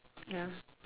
ya